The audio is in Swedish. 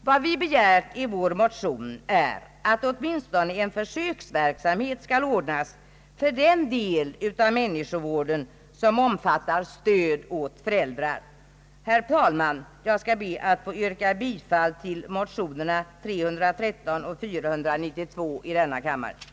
Vad vi begär i vår motion är att åtminstone en försöksverksamhet skall ordnas för den del av människovården som omfattar stöd åt föräldrar. Herr talman! Jag ber att få yrka bifall till motionerna I: 313 och II: 347 såvitt nu är i fråga.